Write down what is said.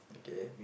okay